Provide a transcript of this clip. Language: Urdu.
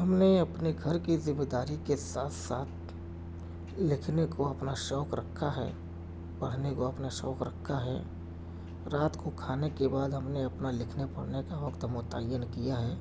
ہم نے اپنے گھر کی ذمہ داری کے ساتھ ساتھ لکھنے کو اپنا شوق رکھا ہے پڑھنے کو اپنا شوق رکھا ہے رات کو کھانے کے بعد ہم نے اپنا لکھنے پڑھنے کا وقت متعین کیا ہے